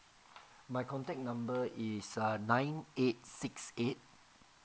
my contact number is err nine eight six eight